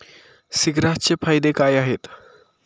सीग्रासचे फायदे काय आहेत?